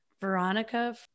Veronica